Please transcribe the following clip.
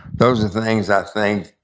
those are things, i think,